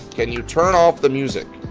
can you turn off the music?